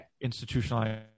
institutionalized